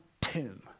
tomb